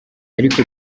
ariko